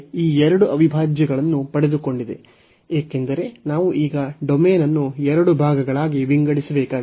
ಇದು ನಮಗೆ ಈ ಎರಡು ಅವಿಭಾಜ್ಯಗಳನ್ನು ಪಡೆದುಕೊಂಡಿದೆ ಏಕೆಂದರೆ ನಾವು ಈಗ ಡೊಮೇನ್ ಅನ್ನು ಎರಡು ಭಾಗಗಳಾಗಿ ವಿಂಗಡಿಸಬೇಕಾಗಿದೆ